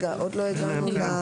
עוד לא הקראנו.